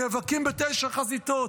נאבקים בתשע חזיתות,